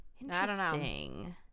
Interesting